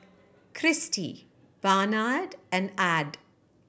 Cristi Barnard and Add